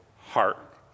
heart